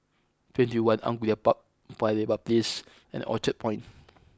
twenty one Angullia Park Paya Lebar Place and Orchard Point